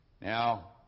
Now